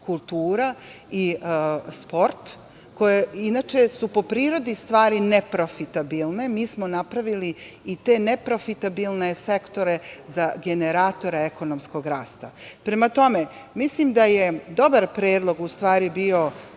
kultura i sport, koje inače su, po prirodi stvari, neprofitabilne. Mi smo napravili i te neprofitabilne sektore za generatore ekonomskog rasta. Prema tome, mislim da je dobar predlog, u stvari, bio